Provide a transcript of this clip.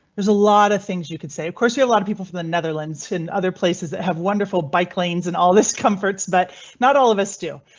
there's a lot of things you could say. of course we have a lot of people from the netherlands in other places that have wonderful bike lanes and all this comforts, but not all of us do.